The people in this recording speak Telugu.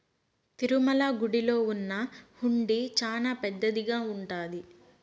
తిరుమల గుడిలో ఉన్న హుండీ చానా పెద్దదిగా ఉంటాది